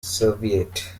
serviette